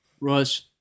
Russ